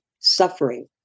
suffering